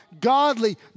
godly